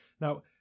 now